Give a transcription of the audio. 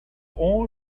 all